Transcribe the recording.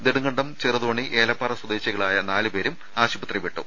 നെടുങ്കണ്ടം ചെറുതോണി ഏലപ്പാറ സ്വദേശികളായ നാലുപേരും ആശുപത്രി വിട്ടു